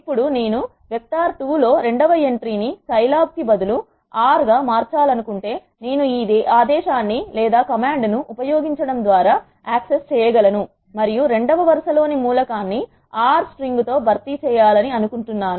ఇప్పుడు నేను వెక్టార్ 2 లో రెండవ ఎంట్రీ ని సైలాబ్ కు బదులు ఆర్ R గా మార్చాలనుకుంటే నేను ఈ ఆదేశాన్ని ఉపయోగించడం ద్వారా నేను యాక్సెస్ చేయగలను మరియు రెండవ వరుస లోని మూలకాన్ని ఆర్ R స్ట్రింగ్ తో భర్తీ చేయాలి అనుకుంటున్నాను